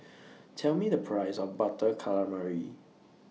Tell Me The Price of Butter Calamari